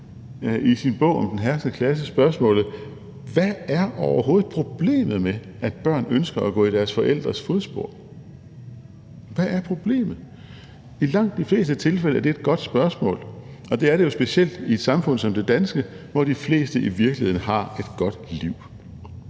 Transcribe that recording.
i sin bog »Den herskende klasse« spørgsmålet: Hvad er overhovedet problemet med, at børn ønsker at gå i deres forældres fodspor? Hvad er problemet? I langt de fleste tilfælde er det et godt spørgsmål, og det er det jo specielt i et samfund som det danske, hvor de fleste i virkeligheden har et godt liv.